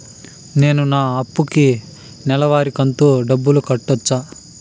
నేను నా అప్పుకి నెలవారి కంతు డబ్బులు కట్టొచ్చా?